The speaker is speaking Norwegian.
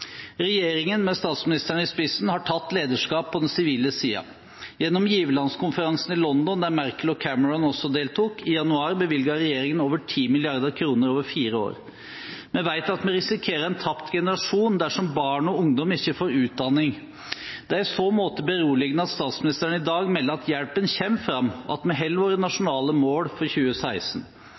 Regjeringen med statsministeren i spissen har tatt lederskap på den sivile siden. Gjennom giverlandskonferansen i januar i London, der Merkel og Cameron også deltok, bevilget regjeringen over 10 mrd. kr over fire år. Vi vet at vi risikerer en tapt generasjon dersom barn og ungdom ikke får utdanning. Det er i så måte beroligende at statsministeren i dag melder at hjelpen kommer frem, og at vi holder våre nasjonale mål for 2016.